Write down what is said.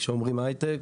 כשאומרים היי-טק,